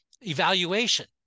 evaluation